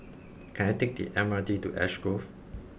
can I take the M R T to Ash Grove